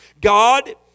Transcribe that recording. God